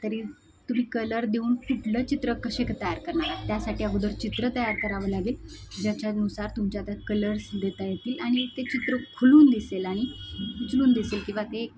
तरी तुम्ही कलर देऊन कुठलं चित्र कसे तयार करणार आहात त्यासाठी अगोदर चित्र तयार करावं लागेल ज्याच्यानुसार तुमच्या त्या कलर्स देता येतील आणि ते चित्र खुलून दिसेल आणि उचलून दिसेल किंवा ते